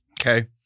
Okay